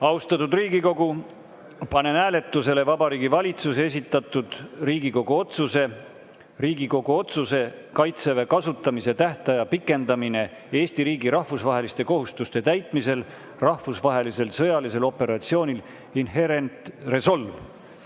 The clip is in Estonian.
juurde. Austatud Riigikogu, panen hääletusele Vabariigi Valitsuse esitatud Riigikogu otsuse "Riigikogu otsuse "Kaitseväe kasutamise tähtaja pikendamine Eesti riigi rahvusvaheliste kohustuste täitmisel rahvusvahelisel sõjalisel operatsioonil Inherent Resolve"